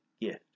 gift